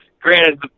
Granted